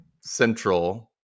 Central